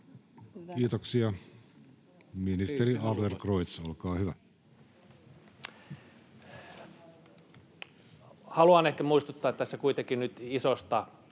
Kiitoksia. — Ministeri Adlercreutz, olkaa hyvä.